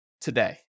today